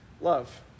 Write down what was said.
Love